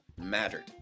mattered